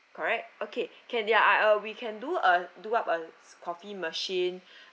correct okay can ya I uh we can do uh do what uh coffee machine